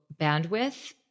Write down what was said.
bandwidth